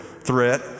threat